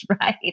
right